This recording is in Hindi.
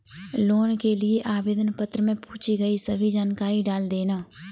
लोन के लिए आवेदन पत्र में पूछी गई सभी जानकारी डाल देना